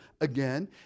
again